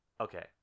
Okay